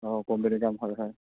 অঁ কম্পেনীৰ কাম হয় হয়